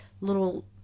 little